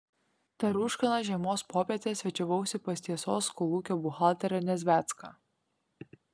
tą rūškaną žiemos popietę svečiavausi pas tiesos kolūkio buhalterę nedzvecką